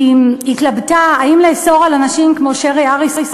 היא התלבטה אם לאסור על אנשים כמו שרי אריסון